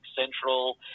Central